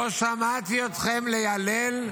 לא שמעתי אתכם מייללים,